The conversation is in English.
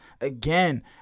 again